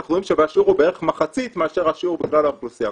אנחנו רואים שהשיעור הוא בערך מחצית מאשר השיעור בכלל האוכלוסייה.